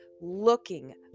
looking